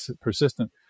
persistent